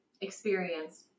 experience